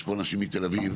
יש פה אנשים מתל אביב,